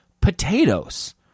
potatoes –